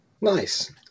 Nice